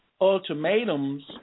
ultimatums